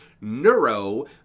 Neuro